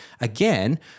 again